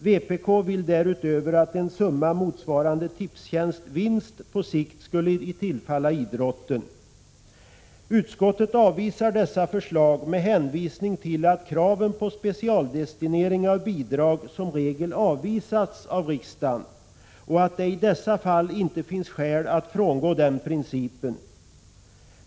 Vpk vill därutöver att en summa motsvarande Tipstjänsts vinst på sikt skulle tillfalla idrotten. Utskottet avstyrker dessa förslag med hänvisning till att kraven på specialdestinering av bidrag som regel avvisats av riksdagen och att det i dessa fall inte finns skäl att frångå den principen.